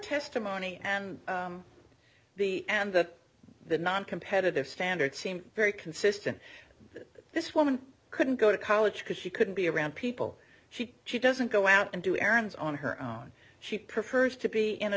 testimony and be and that the noncompetitive standards seem very consistent that this woman couldn't go to college because she couldn't be around people she she doesn't go out and do errands on her own she prefers to be in a